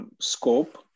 scope